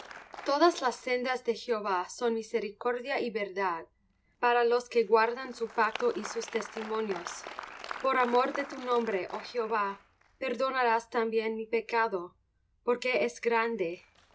todas las sendas de jehová son misericordia y verdad para los que guardan su pacto y sus testimonios por amor de tu nombre oh jehová perdonarás también mi pecado porque es grande